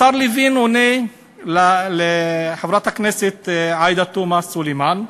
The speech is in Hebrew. השר לוין עונה לחברת הכנסת עאידה תומא סלימאן,